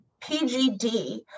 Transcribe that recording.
PGD